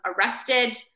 arrested